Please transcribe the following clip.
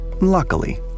Luckily